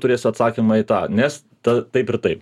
turėsiu atsakymą į tą nes ta taip ir taip